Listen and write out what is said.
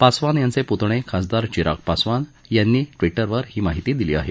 पासवान यांचे पुतणे खासदार चिराग पासवान यांनी विजवर ही माहिती दिली आहे